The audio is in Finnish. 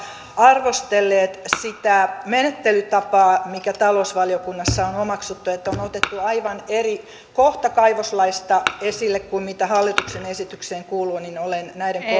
arvostelleet sitä menettelytapaa mikä talousvaliokunnassa on omaksuttu että on on otettu aivan eri kohta kaivoslaista esille kuin mitä hallituksen esitykseen kuuluu olen